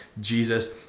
Jesus